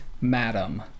Madam